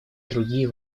другие